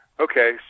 Okay